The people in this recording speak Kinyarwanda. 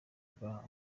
bwa